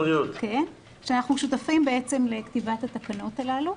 ואני שותפים לכתיבת התקנות הללו.